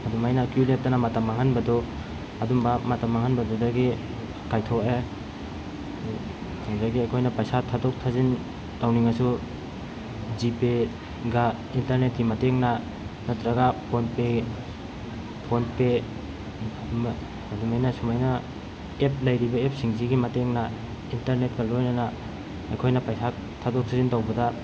ꯑꯗꯨꯃꯥꯏꯅ ꯀꯤꯌꯨ ꯂꯦꯞꯇꯅ ꯃꯇꯝ ꯃꯥꯡꯍꯟꯕꯗꯨ ꯑꯗꯨꯝꯕ ꯃꯇꯝ ꯃꯥꯡꯍꯟꯕꯗꯨꯗꯒꯤ ꯀꯥꯏꯊꯣꯛꯑꯦ ꯑꯗꯨꯗꯒꯤ ꯑꯩꯈꯣꯏꯅ ꯄꯩꯁꯥ ꯊꯥꯗꯣꯛ ꯊꯥꯖꯤꯟ ꯇꯧꯅꯤꯡꯉꯁꯨ ꯖꯤꯄꯦꯒ ꯏꯟꯇꯔꯅꯦꯠꯀꯤ ꯃꯇꯦꯡꯅ ꯅꯠꯇ꯭ꯔꯒ ꯐꯣꯟ ꯄꯦ ꯐꯣꯟ ꯄꯦ ꯑꯗꯨꯃꯥꯏꯅ ꯁꯨꯃꯥꯏꯅ ꯑꯦꯞ ꯂꯩꯔꯤꯕ ꯑꯦꯞꯁꯤꯡꯁꯤꯒꯤ ꯃꯇꯦꯡꯅ ꯏꯟꯇꯔꯅꯦꯠꯀ ꯂꯣꯏꯅꯅ ꯑꯩꯈꯣꯏꯅ ꯄꯩꯁꯥ ꯊꯥꯗꯣꯛ ꯊꯥꯖꯤꯟ ꯇꯧꯕꯗ